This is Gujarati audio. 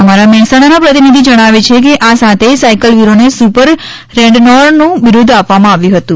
અમારા મહેસાણાના પ્રતિનિધિ જણાવે છે કે આ સાતેય સાયકલવીરોને સુપર રેન્ડોનોરનું બિરૂદ આપવામાં આવ્યું હતું